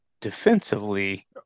defensively